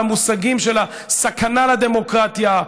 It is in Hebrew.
על המושגים של הסכנה לדמוקרטיה,